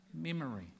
memory